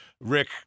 Rick